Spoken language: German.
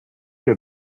der